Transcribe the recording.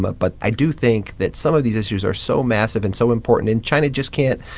but but i do think that some of these issues are so massive and so important, and china just can't,